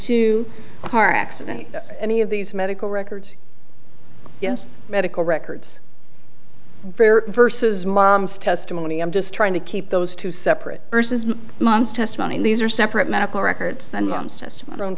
two car accident any of these medical records yes medical records very verses mom's testimony i'm just trying to keep those two separate verses my mom's testimony and these are separate medical r